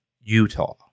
Utah